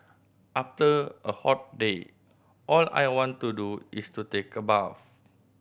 after a hot day all I want to do is to take a bath